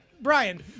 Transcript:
Brian